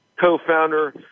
co-founder